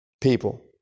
People